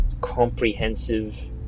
comprehensive